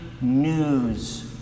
news